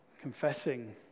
Confessing